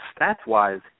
stats-wise